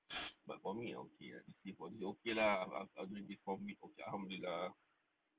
but for me okay ah okay lah during this COVID okay alhamdulillah